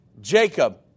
Jacob